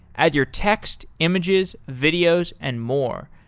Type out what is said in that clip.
add your text images, videos and more.